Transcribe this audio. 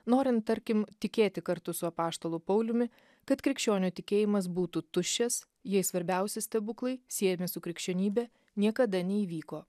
norint tarkim tikėti kartu su apaštalu pauliumi kad krikščionių tikėjimas būtų tuščias jei svarbiausi stebuklai siejami su krikščionybe niekada neįvyko